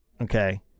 okay